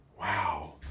Wow